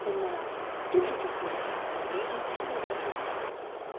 and now do put your feet up on the fender, and tell me about yourself.